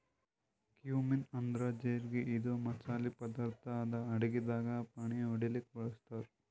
cumin ಅಂದ್ರ ಜಿರಗಿ ಇದು ಮಸಾಲಿ ಪದಾರ್ಥ್ ಅದಾ ಅಡಗಿದಾಗ್ ಫಾಣೆ ಹೊಡ್ಲಿಕ್ ಬಳಸ್ತಾರ್